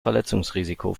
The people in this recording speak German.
verletzungsrisiko